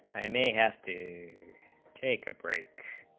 i may have to take a break